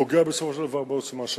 פוגע בסופו של דבר בעוצמה שלנו.